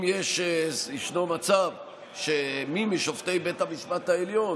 אם ישנו מצב שמי משופטי בית המשפט העליון